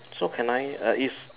so can I uh is